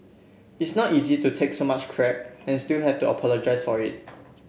it's not easy to take so much crap and still have to apologise for it